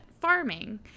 farming